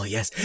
Yes